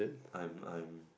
I am I am